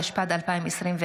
התשפ"ד 2024,